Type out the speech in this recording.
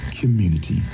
community